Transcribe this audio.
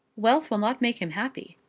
wealth will not make him happy.